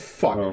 fuck